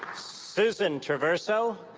susan traverso,